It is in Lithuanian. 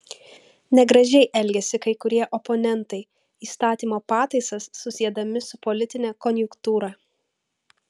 negražiai elgiasi kai kurie oponentai įstatymo pataisas susiedami su politine konjunktūra